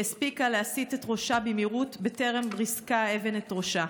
שהספיקה להסיט את ראשה במהירות בטרם ריסקה האבן את ראשה.